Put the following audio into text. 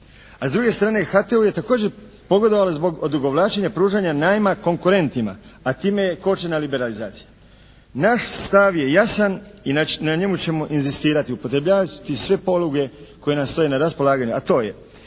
A s druge strane HT-u je također pogodovalo zbog odugovlačenja pružanja najma konkurentima a time je kočena liberalizacija. Naš stav je jasan i na njemu ćemo inzistirati. Upotrebljavati sve poluge koje nam stoje na raspolaganju. A to je